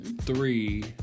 three